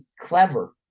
clever